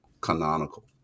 canonical